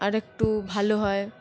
আর একটু ভালো হয়